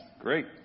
Great